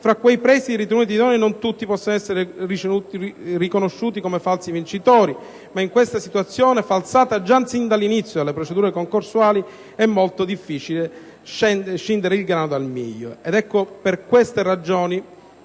fra quei presidi ritenuti idonei non tutti possono essere riconosciuti come falsi vincitori, ma in questa situazione falsata già dall'inizio delle procedure concorsuali è molto difficile scindere il grano dal miglio.